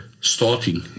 starting